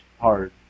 hard